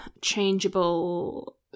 changeable